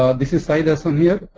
ah this is sayeed hassan here.